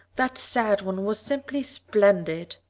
that sad one was simply splendid.